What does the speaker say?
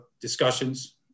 discussions